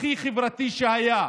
הכי חברתי שהיה.